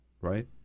right